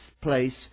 place